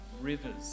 rivers